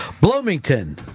Bloomington